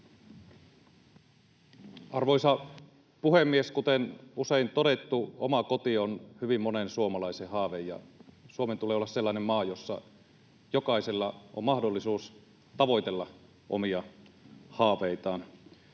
Arvoisa puhemies! Kuten usein on todettu, oma koti on hyvin monen suomalaisen haave. Suomen tulee olla sellainen maa, jossa jokaisella on mahdollisuus tavoitella omia haaveitaan.